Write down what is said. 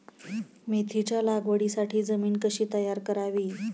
मेथीच्या लागवडीसाठी जमीन कशी तयार करावी?